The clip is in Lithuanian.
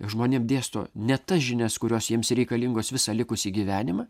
žmonėm dėsto ne tas žinias kurios jiems reikalingos visą likusį gyvenimą